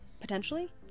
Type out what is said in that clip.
potentially